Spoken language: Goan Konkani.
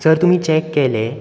सर तुमी चॅक केलें